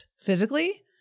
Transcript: physically